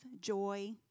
joy